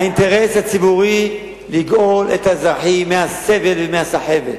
האינטרס הציבורי הוא לגאול את האזרחים מהסבל ומהסחבת.